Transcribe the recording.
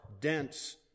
dense